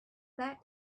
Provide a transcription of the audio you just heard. that